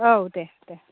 औ दे दे